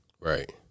Right